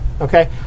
okay